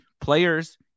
players